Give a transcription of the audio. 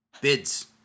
Bids